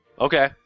Okay